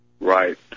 Right